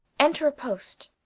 enter a poste.